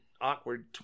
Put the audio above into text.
awkward